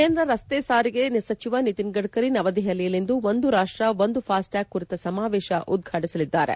ಕೇಂದ್ರ ರಸ್ತೆ ಸಾರಿಗೆ ಸಚಿವ ನಿತಿನ್ ಗಡ್ಕರಿ ನವದೆಹಲಿಯಲ್ಲಿಂದು ಒಂದು ರಾಷ್ಟ ಒಂದು ಫಾಸ್ಟ್ ಟ್ಯಾಗ್ ಕುರಿತ ಸಮಾವೇಶವನ್ನು ಉದ್ವಾಟಿಸಲಿದ್ದಾರೆ